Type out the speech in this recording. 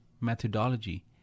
methodology